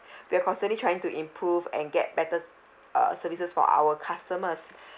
we're constantly trying to improve and get better uh services for our customers